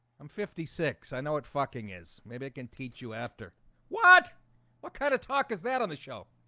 i'm fifty six. i know what fucking is maybe i can teach you after what what kind of talk is that on the show?